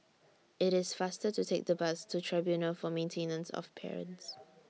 IT IS faster to Take The Bus to Tribunal For Maintenance of Parents